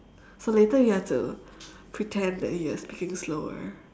so later you have to pretend that you are speaking slower